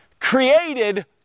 Created